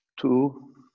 Two